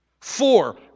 Four